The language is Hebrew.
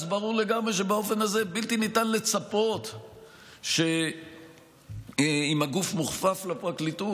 אז ברור לגמרי שבאופן הזה בלתי ניתן לצפות שאם הגוף מוכפף לפרקליטות,